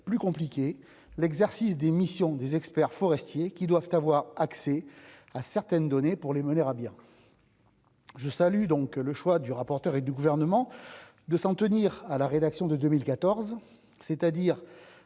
plus compliqué l'exercice des missions des experts forestiers qui doivent avoir accès à certaines données pour les mener à bien. Je salue donc le choix du rapporteur et du gouvernement de s'en tenir à la rédaction de 2014, c'est-à-dire